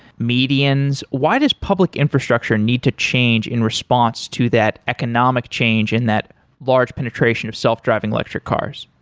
medians. why does public infrastructure need to change in response to that economic change in that large penetration of self-driving electric cars?